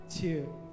two